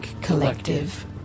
Collective